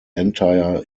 entire